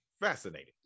Fascinating